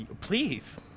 Please